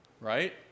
right